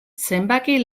zenbaki